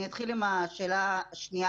אני אתחיל עם השאלה השנייה.